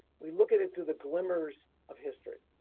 we look at it through the glimmers of history.